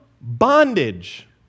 bondage